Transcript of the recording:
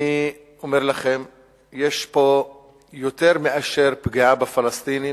אני אומר לכם, יש פה יותר מאשר פגיעה בפלסטינים,